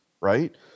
right